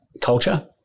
culture